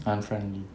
unfriendly